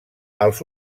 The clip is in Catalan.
els